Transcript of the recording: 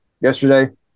yesterday